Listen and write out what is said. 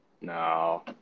No